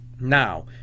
Now